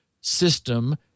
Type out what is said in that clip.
system